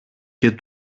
και